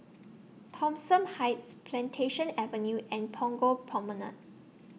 Thomson Heights Plantation Avenue and Punggol Promenade